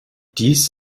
dies